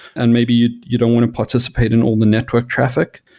and maybe you you don't want to participate in all the network traffic.